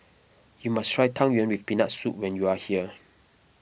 you must try Yang Yuen with Peanut Soup when you are here